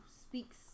speaks